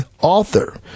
author